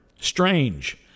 Strange